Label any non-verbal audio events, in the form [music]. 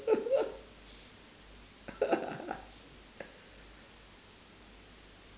[laughs]